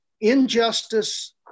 Injustice